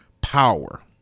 power